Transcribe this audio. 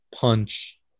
punch